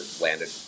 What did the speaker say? landed